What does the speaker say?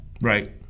Right